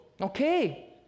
Okay